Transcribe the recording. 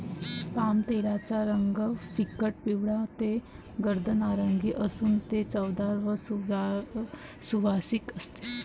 पामतेलाचा रंग फिकट पिवळा ते गर्द नारिंगी असून ते चवदार व सुवासिक असते